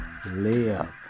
layup